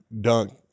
dunk